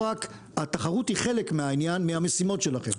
התחרות היא רק חלק מהמשימות שלכם.